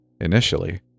Initially